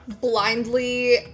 blindly